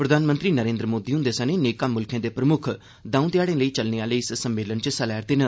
प्रधानमंत्री नरेन्द्र मोदी हुंदे सने नेकां मुल्खें दे प्रमुक्ख दौं ध्याड़ें लेई चलने आहले इस सम्मेलन च हिस्सा लै'रदे न